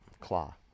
Claw